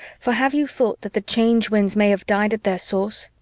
for have you thought that the change winds may have died at their source?